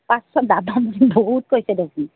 পাঁচশ দাম বহুত কৈছে দেখোন